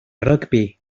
rygbi